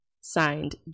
Signed